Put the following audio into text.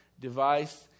device